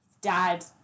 dad